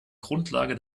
grundlage